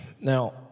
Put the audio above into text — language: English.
Now